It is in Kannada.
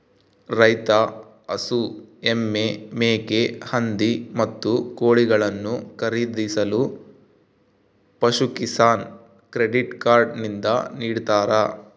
ರೈತ ಹಸು, ಎಮ್ಮೆ, ಮೇಕೆ, ಹಂದಿ, ಮತ್ತು ಕೋಳಿಗಳನ್ನು ಖರೀದಿಸಲು ಪಶುಕಿಸಾನ್ ಕ್ರೆಡಿಟ್ ಕಾರ್ಡ್ ನಿಂದ ನಿಡ್ತಾರ